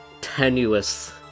tenuous